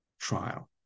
trial